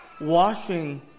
washing